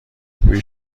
بوی